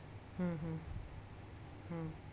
हं हं हं